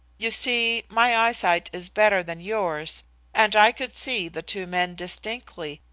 you see, my eyesight is better than yours and i could see the two men distinctly,